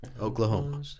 Oklahoma